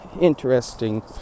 interesting